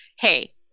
hey